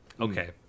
Okay